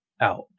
out